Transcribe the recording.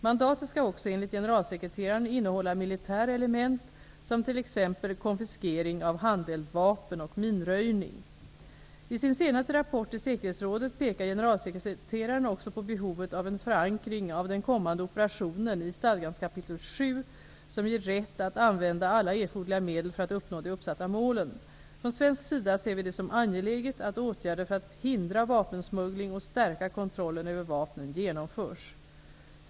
Mandatet skall också enligt generalsekreteraren innehålla militära element, t.ex. konfiskering av handeldvapen och minröjning. I sin senaste rapport till säkerhetsrådet pekar generalsekretaren också på behovet av en förankring av den kommande operationen i stadgans kapitel VII, som ger rätt att använda alla erforderliga medel för att uppnå de uppsatta målen. Från svensk sida ser vi det som angeläget att åtgärder för att hindra vapensmuggling och stärka kontrollen över vapnen genomförs.